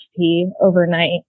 overnight